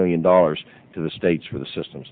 million dollars to the states for the system